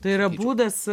tai yra būdas